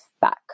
back